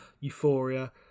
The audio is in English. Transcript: euphoria